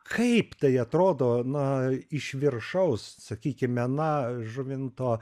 kaip tai atrodo na iš viršaus sakykime na žuvinto